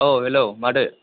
ओ हेल' माथो